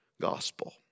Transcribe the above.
gospel